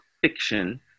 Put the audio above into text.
fiction